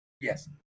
Yes